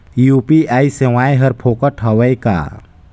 UPI सेवाएं हर फोकट हवय का?